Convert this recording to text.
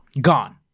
gone